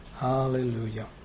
Hallelujah